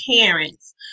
parents